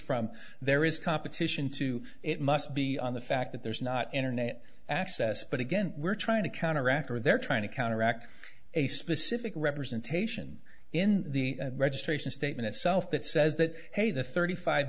from there is competition to it must be on the fact that there's not internet access but again we're trying to counteract or they're trying to counteract a specific representation in the registration statement itself that says that hey the thirty five